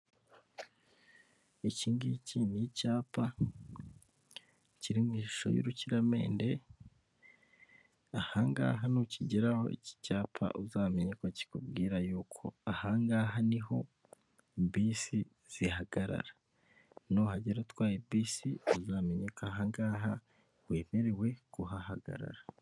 Ikigiki ni icyapa kiri mu ishusho y'urukiramende. Ahangaha nukigeraho iki cyapa uzamenya ko kikubwira yuko ahangaha niho bisi zihagarara. Nuhagera utwaye bisi uzamenyako ahangaha wemerewe kuhahagarara.